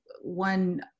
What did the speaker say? one